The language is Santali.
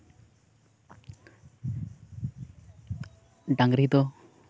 ᱰᱟᱝᱨᱤ ᱫᱚ